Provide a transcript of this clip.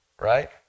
right